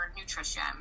nutrition